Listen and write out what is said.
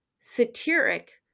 satiric